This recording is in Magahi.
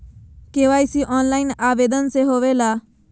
के.वाई.सी ऑनलाइन आवेदन से होवे ला?